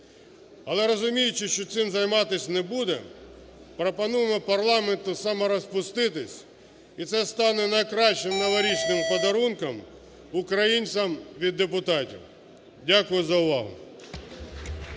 Але, розуміючи, що цим займатися не будемо, пропонуємо парламентусаморозпуститися, і це стане найкращим новорічним подарунком українцям від депутатів. Дякую за увагу.